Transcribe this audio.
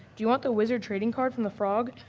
do you want the wizard trading card from the frog?